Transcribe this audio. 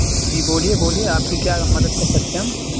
جی بولیے بولیے آپ کی کیا مدد کر سکتے ہیں ہم